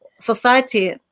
society